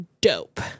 dope